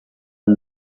han